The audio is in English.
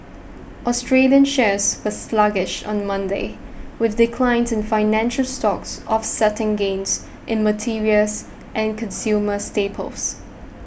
Australian shares were sluggish on Monday with declines in financial stocks offsetting gains in materials and consumer staples